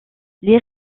les